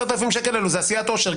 וזאת עשיית עושר.